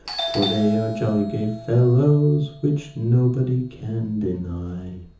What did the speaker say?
for they are jolly gay fellows, which nobody can deny.